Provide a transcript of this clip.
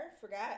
Forgot